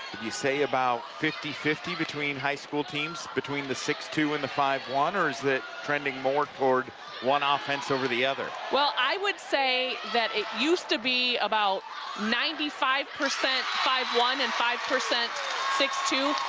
you say about fifty fifty between high school teams between the six two and the five one or is it trending more toward one ah offense over the other? well, i would say that it used to be about ninety five percent five one and five percent six two.